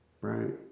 right